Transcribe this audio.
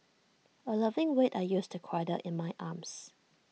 A loving weight I used to cradle in my arms